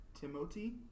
Timothy